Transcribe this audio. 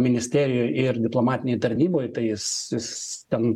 ministerijoj ir diplomatinėj tarnyboj tai jis jis ten